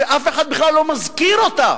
שאף אחד בכלל לא מזכיר אותה,